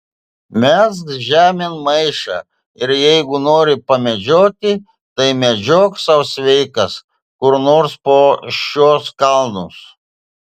mesk žemėn maišą ir jeigu nori pamedžioti tai medžiok sau sveikas kur nors po šiuos kalnus